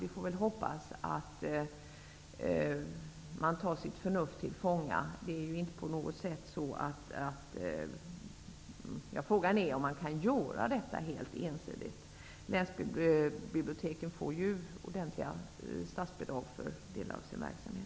Vi får hoppas att man tar sitt förnuft till fånga. Frågan är helt enkelt om man kan göra detta helt ensidigt. Länsbiblioteken får ju ordentliga statsbidrag för delar av sin verksamhet.